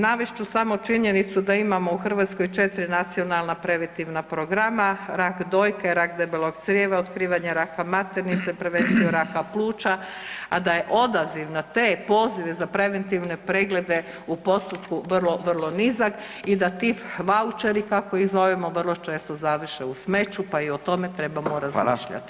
Navest ću samo činjenicu da imamo u Hrvatskoj 4 nacionalna preventivna programa – rak dojke, rak debelog crijeva, otkrivanje raka maternice, prevenciju raka pluća, a da je odaziv na te pozive za preventivne preglede u postotku vrlo, vrlo nizak i da ti voucheri kako ih zovemo vrlo često završe u smeću pa i o tome trebamo razmišljati.